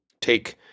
take